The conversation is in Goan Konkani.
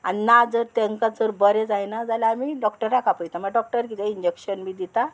आनी ना जर तांकां जर बरें जायना जाल्यार आमी डॉक्टरा आपयता मागीर डॉक्टर किदें इंजेक्शन बी दिता